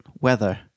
weather